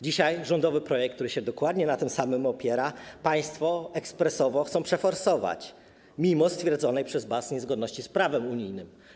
Dzisiaj rządowy projekt, który opiera się dokładnie na tym samym, państwo ekspresowo chcą przeforsować mimo stwierdzonej przez BAS niezgodności z prawem unijnym.